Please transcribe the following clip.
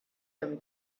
him